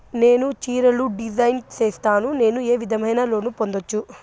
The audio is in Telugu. నేను చీరలు డిజైన్ సేస్తాను, నేను ఏ విధమైన లోను పొందొచ్చు